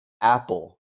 Apple